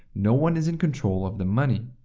no one is in control of the money.